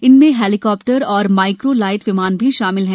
इनमें हेलीकॉप्टर और micro light विमान भी शामिल हैं